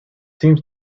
seems